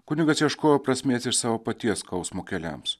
kunigas ieškojo prasmės iš savo paties skausmo keliams